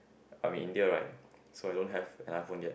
I am in India right so I don't have an iPhone yet